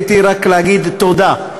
עליתי רק להגיד תודה,